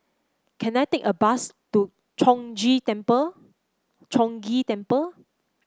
can I take a bus to Chong Gee Temple Chong Ghee Temple